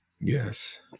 Yes